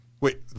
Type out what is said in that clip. Wait